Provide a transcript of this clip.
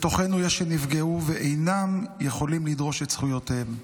בתוכנו יש שנפגעו ואינם יכולים לדרוש את זכויותיהם,